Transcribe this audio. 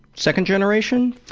second generation?